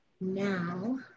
Now